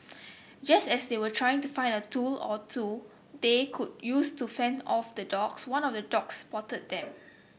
just as they were trying to find a tool or two they could use to fend off the dogs one of the dogs spotted them